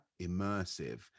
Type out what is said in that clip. immersive